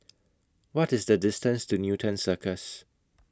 What IS The distance to Newton Cirus